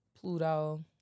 Pluto